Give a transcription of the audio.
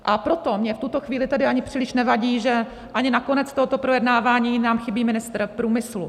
A proto mně v tuto chvíli ani příliš nevadí, že i na konec tohoto projednávání nám chybí ministr průmyslu.